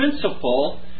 principle